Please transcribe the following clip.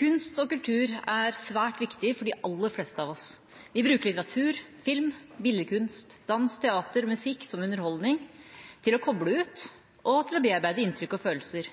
Kunst og kultur er svært viktig for de aller fleste av oss. Vi bruker litteratur, film, billedkunst, dans, teater og musikk som underholdning, til å koble ut og til å bearbeide inntrykk og følelser.